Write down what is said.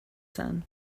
son